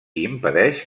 impedeix